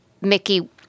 Mickey